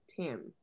Tim